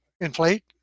inflate